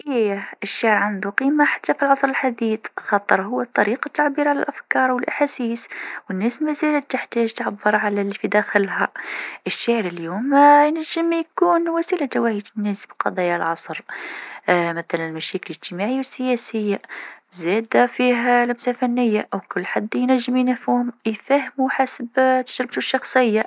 الشعر حتى في العصر الحديث عندو مكانة، يعبر على الأحاسيس بأسلوب راقي. صحيح التكنولوجيا طغت، لكن الإبداع في الكلمات يبقى يعكس الروح الإنسانية بطرق جميلة وعميقة.